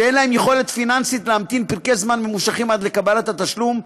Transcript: שאין להם יכולת פיננסית להמתין פרקי זמן ממושכים עד לקבלת התשלום,